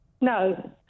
No